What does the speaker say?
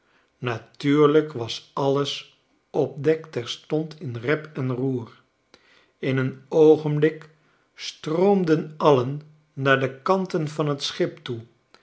natuurlijk was alles op dek terstond in rep en roer in een oogenblik stroomden alien naar de kanten van t schip toe